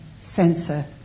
censor